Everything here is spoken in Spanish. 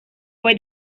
fue